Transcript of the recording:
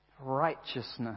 Righteousness